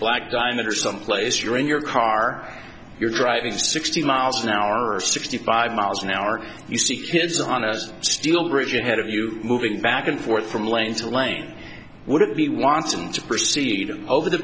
black diamond or someplace you're in your car you're driving sixty miles an hour or sixty five miles an hour you see kids on a steel bridge ahead of you moving back and forth from lane to lane wouldn't be wanting to proceed over the